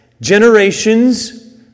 generations